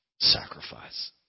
sacrifice